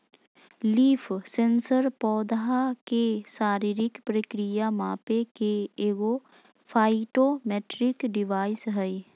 leaf sensor पौधा के शारीरिक प्रक्रिया मापे के एगो फाइटोमेट्रिक डिवाइस हइ